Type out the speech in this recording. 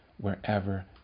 wherever